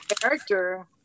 character